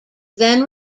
then